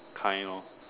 kind lor